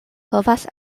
povas